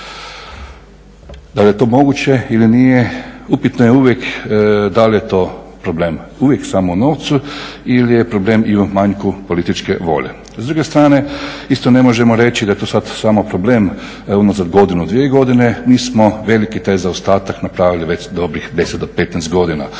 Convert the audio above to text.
Da li je to moguće ili nije, upitno je uvijek, da li je to problem uvijek samo u novcu ili je problem i u manju političke volje. S druge strane isto ne možemo reći da je to sad samo problem unazad godinu, dvije godine, nismo veliki taj zaostatak napravili već dobrih 10 do 15 godina.